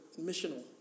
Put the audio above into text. missional